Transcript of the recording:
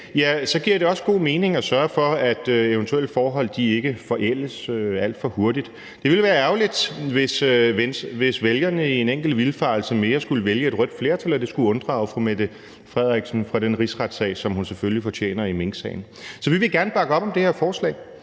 så giver det også god mening at sørge for, at eventuelle forhold ikke forældes alt for hurtigt. Det ville være ærgerligt, hvis vælgerne i en enkelt vildfarelse mere skulle vælge et rødt flertal og det skulle unddrage fru Mette Frederiksen den rigsretssag, som hun selvfølgelig fortjener i minksagen. Så vi vil gerne bakke op om det her forslag